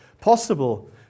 possible